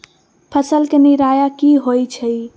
फसल के निराया की होइ छई?